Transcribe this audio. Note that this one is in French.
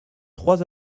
trois